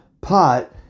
pot